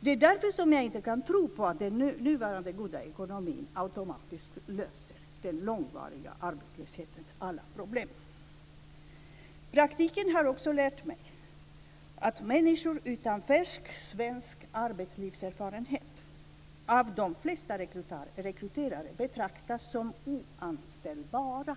Det är därför som jag inte kan tro på att den nuvarande goda ekonomin automatiskt löser den långvariga arbetslöshetens alla problem. Praktiken har också lärt mig att människor utan färsk svensk arbetslivserfarenhet av de flesta rekryterare betraktas som oanställbara